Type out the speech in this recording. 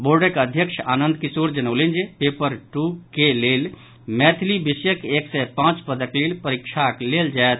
बोर्डक अध्यक्ष आनंद किशोर जनौलनि जे पेपर टू के लेल मैथिली विषयक एक सय पांच पदक लेल परीक्षा लेल जायत